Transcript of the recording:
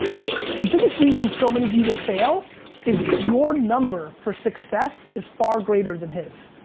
like the biggest reason so many of you will fail is your number for success is far greater than his.